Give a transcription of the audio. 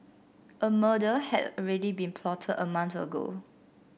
a murder had already been plotted a month ago